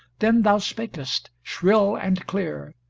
then thou spakest, shrill and clear,